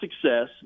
success